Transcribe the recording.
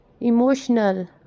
Emotional